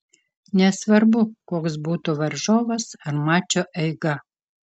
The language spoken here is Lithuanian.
nesvarbu koks būtų varžovas ar mačo eiga